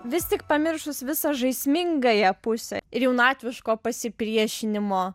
vis tik pamiršus visą žaismingąją pusę ir jaunatviško pasipriešinimo